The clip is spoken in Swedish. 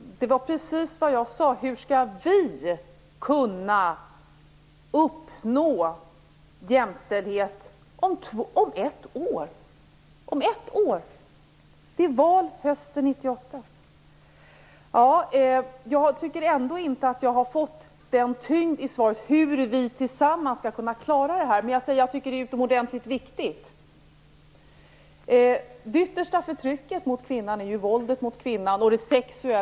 Herr talman! Det var precis det som jag sade. Hur skall vi kunna uppnå jämställdhet om ett år? Det är val hösten 1998. Jag tycker ändå inte att jag riktigt har fått svar på min fråga hur vi tillsammans skall kunna klara detta. Det är faktiskt utomordentligt viktigt. Det yttersta förtrycket mot kvinnan är att använda våld mot henne.